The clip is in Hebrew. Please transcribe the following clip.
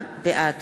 בעד